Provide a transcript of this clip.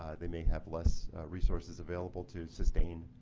they may have less resources available to sustain